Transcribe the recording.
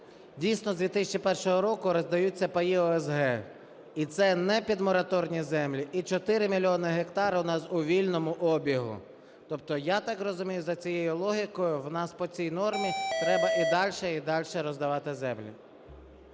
Дійсно, з 2001 року роздаються паї ОСГ, і це не підмораторні землі, і 4 мільйони гектарів у нас у вільному обігу. Тобто, я так розумію, за цією логікою в нас по цій нормі треба і дальше, і дальше роздавати землі.